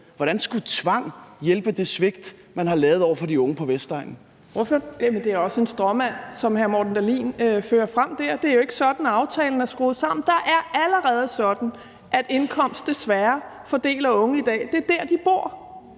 : Ordføreren. Kl. 13:49 Sofie Carsten Nielsen (RV) : Jamen det er også en stråmand, som hr. Morten Dahlin fører frem der, for det er ikke sådan, aftalen er skruet sammen. Det er allerede sådan, at indkomst desværre fordeler unge i dag. Det er der, de bor.